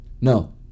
No